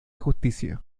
justicia